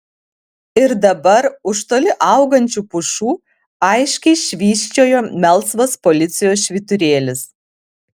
ir dabar už toli augančių pušų aiškiai švysčiojo melsvas policijos švyturėlis